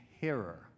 hearer